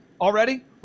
already